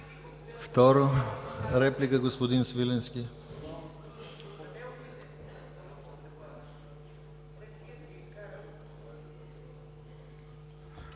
Втора реплика – господин Свиленски.